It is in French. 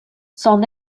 son